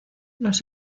los